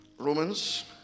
Romans